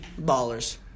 Ballers